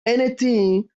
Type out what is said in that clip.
anything